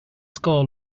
score